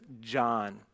John